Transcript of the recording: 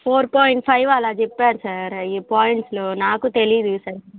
four point five అలా చెప్పారు sir అవి పాయింట్స్లో నాకూ తెలీదు సరి